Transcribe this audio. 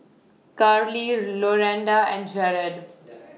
Carlee Rolanda and Jared